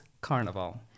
carnival